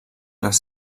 les